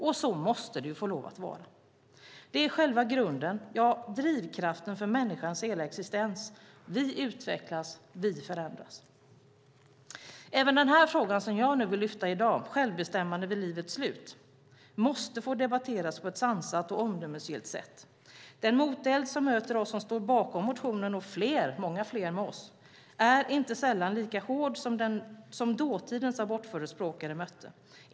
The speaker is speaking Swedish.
Och så måste det få lov att vara. Det är själva grunden, drivkraften, för människans hela existens. Vi utvecklas och förändras. Även den fråga jag vill lyfta upp i dag om självbestämmande vid livets slut måste få debatteras på ett sansat och omdömesgillt sätt. Den moteld som möter oss som står bakom motionen, och fler med oss, är inte sällan lika hård som den som dåtidens abortförespråkare mötte.